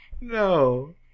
no